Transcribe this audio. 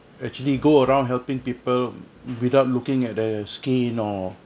actually go around helping people without looking at a skin or